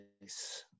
nice